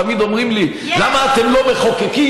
תמיד אומרים לי: למה אתם לא מחוקקים?